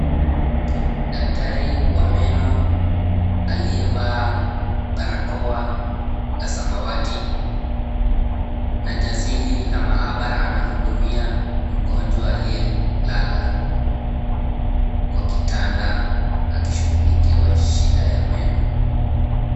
Daktari wa meno aliyevaa barakoa ya samawati na jazili la mahabara anamhudimia mgonjwa aliyelala kwa kitanda akishughulikiwa shida ya meno.